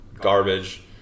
garbage